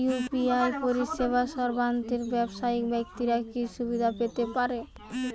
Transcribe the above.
UPI পরিসেবা সর্বস্তরের ব্যাবসায়িক ব্যাক্তিরা কি সুবিধা পেতে পারে?